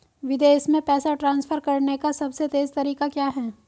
विदेश में पैसा ट्रांसफर करने का सबसे तेज़ तरीका क्या है?